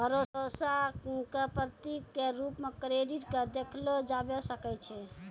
भरोसा क प्रतीक क रूप म क्रेडिट क देखलो जाबअ सकै छै